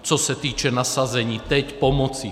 Co se týče nasazení, teď, pomoci.